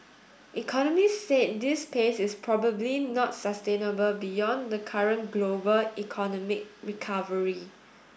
economists said this pace is probably not sustainable beyond the current global economic recovery